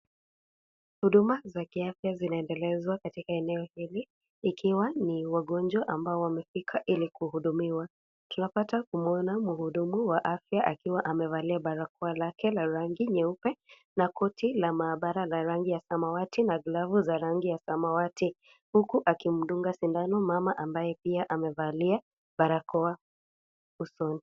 Huduma za kiafya zinaendelezwa katika eneo hili, ikiwa ni wagonjwa ambao wamefika ili kuhudumiwa. Tunapata kumwona muhudumu wa afya akiwa amevalia barakoa lake la rangi nyeupe, na koti la maabara la rangi ya samawati na glavu za rangi ya samawati. Huku akimdunga sindano mama ambaye pia amevalia barakoa usoni.